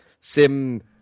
Sim